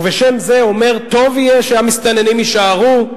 ובשם זה אומר: טוב יהיה שהמסתננים יישארו?